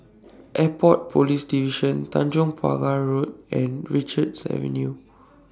Airport Police Division Tanjong Pagar Road and Richards Avenue